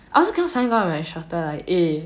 I also cannot suddenly go up to my instructor like eh